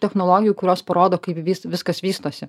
technologijų kurios parodo kaip vis viskas vystosi